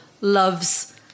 loves